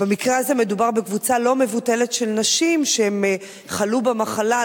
במקרה הזה מדובר בקבוצה לא מבוטלת של נשים שחלו במחלה,